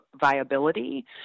viability